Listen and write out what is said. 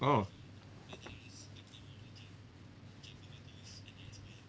orh